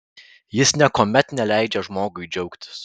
jis niekuomet neleidžia žmogui džiaugtis